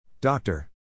Doctor